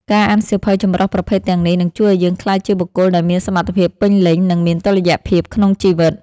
ការអានសៀវភៅចម្រុះប្រភេទទាំងនេះ នឹងជួយឱ្យយើងក្លាយជាបុគ្គលដែលមានសមត្ថភាពពេញលេញ និងមានតុល្យភាពក្នុងជីវិត។